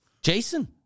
Jason